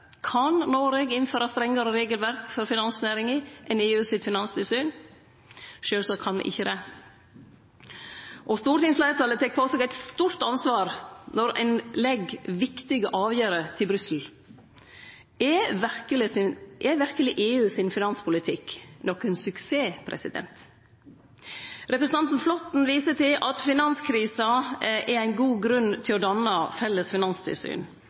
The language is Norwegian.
Kan Noreg innføre strengare regelverk for finansnæringa enn det EUs finanstilsyn gjer? Sjølvsagt kan me ikkje det. Og stortingsfleirtalet tek på seg eit stort ansvar når ein legg viktige avgjerder til Brussel. Er verkeleg EUs finanspolitikk nokon suksess? Representanten Flåtten viste til at finanskrisa er ein god grunn til å danne felles finanstilsyn